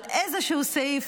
על איזשהו סעיף,